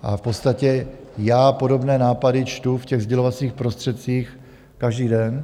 A v podstatě já podobné nápady čtu v těch sdělovacích prostředcích každý den.